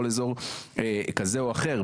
כל אזור כזה או אחר,